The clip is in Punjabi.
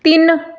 ਤਿੰਨ